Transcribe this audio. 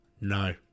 No